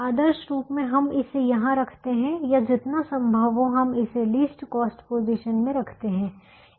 आदर्श रूप में हम इसे यहां रखते हैं या जितना संभव हो हम इसे लीस्ट कॉस्ट पोजीशन में रखते हैं